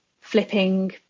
flipping